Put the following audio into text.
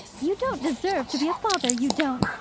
you don't deserve to be a father, you don't,